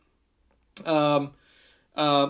um uh